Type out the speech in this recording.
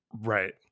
Right